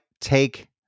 take